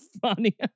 funny